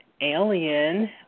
alien